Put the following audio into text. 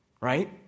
Right